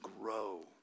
grow